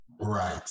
Right